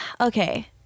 okay